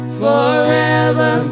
forever